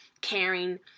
caring